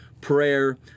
prayer